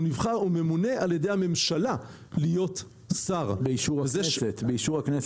הוא ממונה על-ידי הממשלה להיות שר -- באישור הכנסת.